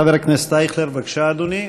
חבר הכנסת אייכלר, בבקשה, אדוני,